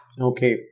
Okay